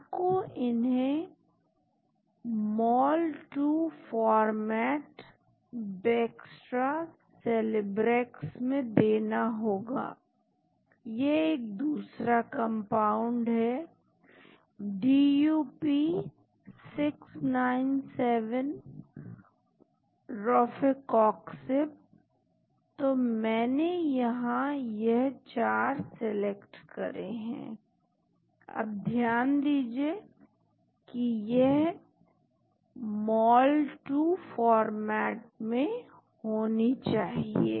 आपको इन्हें mol 2 format Bextra Celebrex में देना होगा यह एक दूसरा कंपाउंड है dup 697 Rofecoxib तो मैंने यहां यह चार सिलेक्ट करी हैं अब ध्यान दीजिए कि यह mol 2 फॉर्मेट में होनी चाहिए